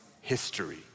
history